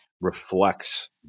reflects